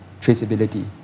traceability